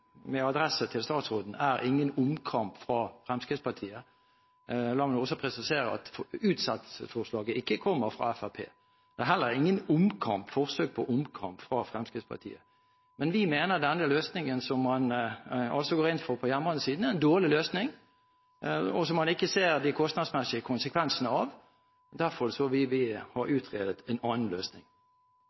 adresse til statsråden – ingen omkamp fra Fremskrittspartiet. La meg også presisere at utsettelsesforslaget ikke kommer fra Fremskrittspartiet, og det er heller ikke noe forsøk på omkamp fra Fremskrittspartiet. Men vi mener altså at denne løsningen som man går inn for på jernbanesiden, er en dårlig løsning og en løsning man ikke ser de kostnadsmessige konsekvensene av. Derfor vil vi ha utredet en annen løsning.